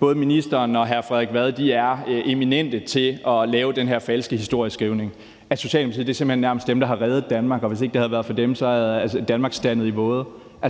både ministeren og hr. Frederik Vad er eminente til at lave den her falske historieskrivning om, at Socialdemokratiet nærmest er dem, der har reddet Danmark, og hvis ikke det havde været for dem, havde Danmark standet i våde.